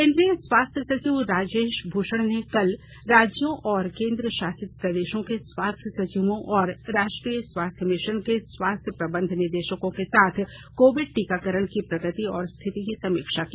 केन्द्रीय स्वास्थ्य सचिव राजेश भूषण ने कल राज्यों और केन्द्रशासित प्रदेशों के स्वास्थ्य सचिवों और राष्ट्रीय स्वास्थ्य मिशन के स्वास्थ्य प्रबंध निदेशकों के साथ कोविड टीकाकरण की प्रगति और स्थिति की समीक्षा की